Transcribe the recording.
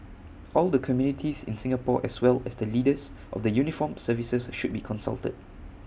all the communities in Singapore as well as the leaders of the uniformed services should be consulted